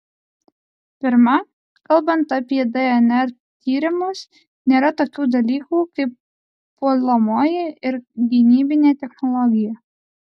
pirma kalbant apie dnr tyrimus nėra tokių dalykų kaip puolamoji ir gynybinė technologija